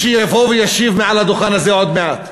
שיבוא וישיב מעל הדוכן הזה עוד מעט,